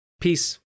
Peace